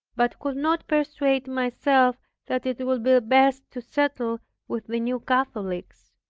but could not persuade myself that it would be best to settle with the new catholics.